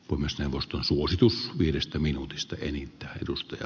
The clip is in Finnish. omistajavastuun suositus viidestä minuutista eliittiä edusta ja